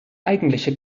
eigentliche